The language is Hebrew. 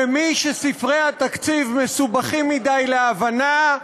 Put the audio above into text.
למי שספרי התקציב מסובכים לו מדי להבנה,